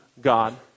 god